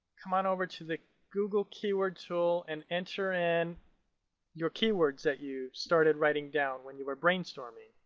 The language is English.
come on over to the google keyword tool and enter in your keywords that you started writing down when you were brain storming.